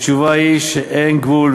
התשובה היא שאין גבול,